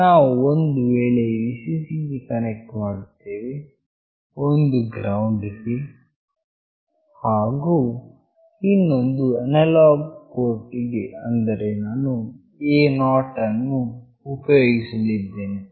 ಒಂದು ನಾವು Vcc ಗೆ ಕನೆಕ್ಟ್ ಮಾಡುತ್ತೇವೆ ಒಂದು GND ಗೆ ಹಾಗು ಇನ್ನೊಂದು ಅನಲಾಗ್ ಪೋರ್ಟ್ ಗೆ ಅಂದರೆ ನಾನು A0 ವನ್ನು ಉಪಯೋಗಿಸಿದ್ದೇನೆ